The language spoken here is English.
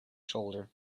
shoulder